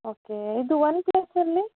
okay ಇದು one ಪ್ಲಸಲ್ಲಿ